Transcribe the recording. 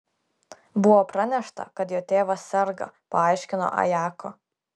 buvo pranešta kad jo tėvas serga paaiškino ajako